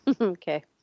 Okay